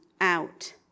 out